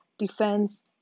defense